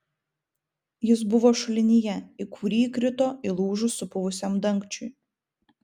jis buvo šulinyje į kurį įkrito įlūžus supuvusiam dangčiui